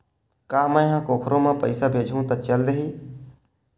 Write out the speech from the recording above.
का मै ह कोखरो म पईसा भेजहु त चल देही?